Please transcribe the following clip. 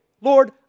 Lord